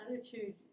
attitude